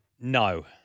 No